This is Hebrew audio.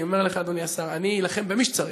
אני אומר לך, אדוני השר: אני אלחם במי שצריך,